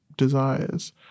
desires